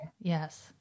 Yes